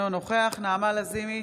אינו נוכח נעמה לזימי,